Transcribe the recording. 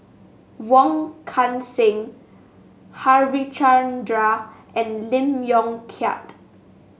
Wong Kan Seng Harichandra and Lee Yong Kiat